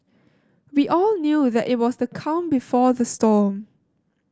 we all knew that it was the calm before the storm